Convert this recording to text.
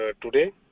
today